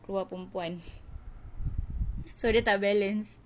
keluar perempuan so dia tak balance